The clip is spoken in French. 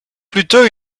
plutôt